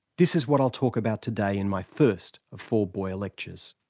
this is what i'll talk about today in my first of four boyer lectures.